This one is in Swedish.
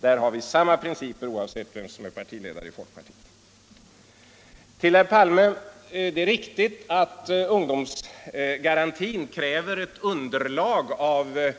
På den punkten har vi samma principer oavsett vem som är partiledare i folkpartiet. Till herr Palme vill jag säga: Det är riktigt att ungdomsgarantin kräver ett underlag av